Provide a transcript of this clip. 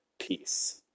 peace